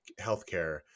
healthcare